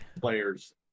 players